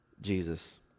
Jesus